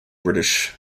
british